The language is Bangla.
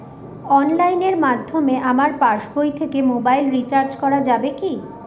অনলাইনের মাধ্যমে আমার পাসবই থেকে মোবাইল রিচার্জ করা যাবে কি?